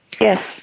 Yes